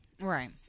Right